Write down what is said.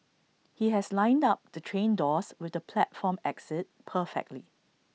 he has lined up the train doors with the platform exit perfectly